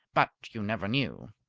but you never knew.